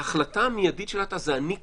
ההחלטה המיידית שלה הייתה: זה אני קובעת.